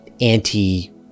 anti